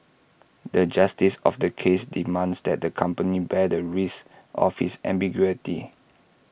the justice of the case demands that the company bear the risk of this ambiguity